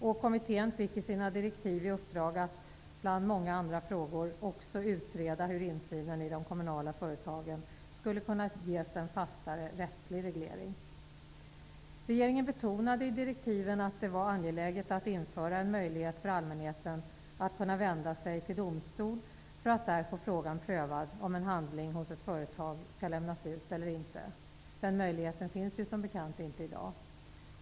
I direktiven fick kommittén i uppdrag att bland många andra frågor också utreda hur insynen i de kommunala företagen skulle kunna ges en fastare rättslig reglering. Regeringen betonade i direktiven att det var angeläget att införa en möjlighet för allmänheten att kunna vända sig till domstol för att där få frågan om huruvida en handlig hos ett företag skall lämnas ut eller inte prövad. Den möjligheten finns ju som bekant inte i dag.